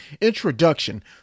Introduction